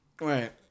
Right